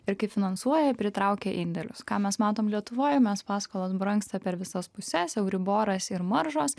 ir kai finansuoja pritraukia indėlius ką mes matom lietuvoj mes paskolas brangsta per visas puses euriboras ir maržos